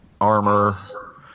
armor